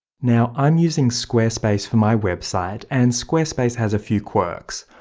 now i'm using squarespace for my website and squarespace has a few quirks.